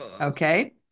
Okay